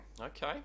Okay